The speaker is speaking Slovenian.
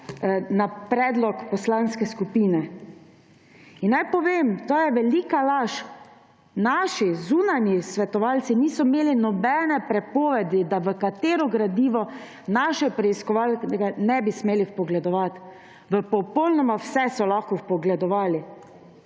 na predlog poslanske skupine. In naj povem, to je velika laž. Naši zunanji svetovalci niso imeli nobene prepovedi, da v katero gradivo naše preiskovalke ne bi smeli vpogledovati, v popolnoma vse so lahko vpogledovali.